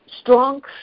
strong